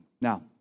Now